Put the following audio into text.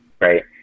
right